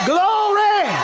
Glory